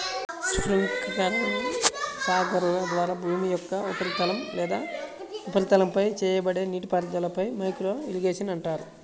స్ప్రింక్లర్లు, ఫాగర్ల ద్వారా భూమి యొక్క ఉపరితలం లేదా ఉపరితలంపై చేయబడే నీటిపారుదలనే మైక్రో ఇరిగేషన్ అంటారు